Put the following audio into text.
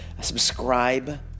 Subscribe